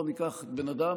בואו ניקח בן אדם,